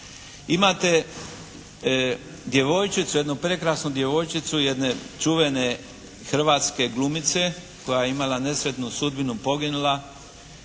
Imate djevojčicu, jednu prekrasnu djevojčicu jedne čuvene hrvatske glumice koja je imala nesretnu sudbinu i poginula,